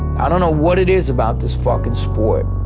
i don't know what it is about this fucking sport,